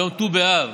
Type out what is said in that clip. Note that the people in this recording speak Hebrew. היום ט"ו באב.